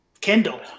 Kendall